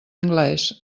anglés